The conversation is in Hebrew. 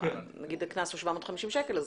נגיד הקנס הוא 750 שקל,